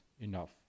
enough